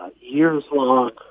years-long